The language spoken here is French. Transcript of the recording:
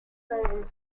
venu